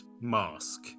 mask